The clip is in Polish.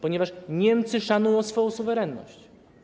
Ponieważ Niemcy szanują swoją suwerenność.